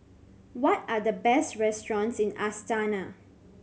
what are the best restaurants in Astana